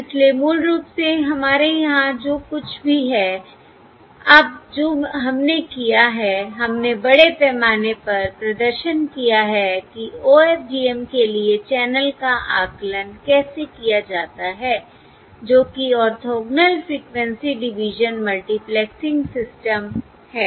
इसलिए मूल रूप से हमारे यहां जो कुछ भी है अब जो हमने किया है हमने बड़े पैमाने पर प्रदर्शन किया है कि OFDM के लिए चैनल का आकलन कैसे किया जाता है जो कि orthogonal frequency division multiplexing system है